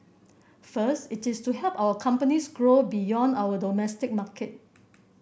first it is to help our companies grow beyond our domestic market